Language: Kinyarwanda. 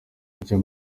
icyo